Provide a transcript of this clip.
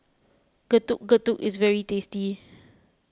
Getuk Getuk is very tasty